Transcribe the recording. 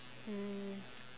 mm